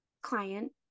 client